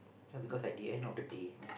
yea because at the end of the day